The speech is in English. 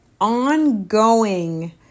ongoing